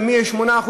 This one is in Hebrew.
למי יש 8%,